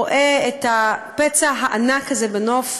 רואה את הפצע הענק הזה בנוף.